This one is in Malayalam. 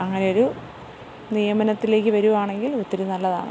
അങ്ങനെയൊരു നിയമനത്തിലേക്ക് വരുവാണെങ്കിൽ ഒത്തിരി നല്ലതാണ്